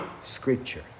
Scripture